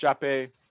Chape